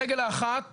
הרגל האחת